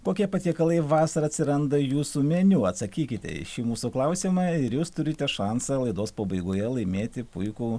kokie patiekalai vasarą atsiranda jūsų meniu atsakykite į šį mūsų klausimą ir jūs turite šansą laidos pabaigoje laimėti puikų